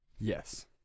Yes